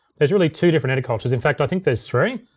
there's really two different edit cultures. in fact, i think there's three,